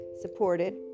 supported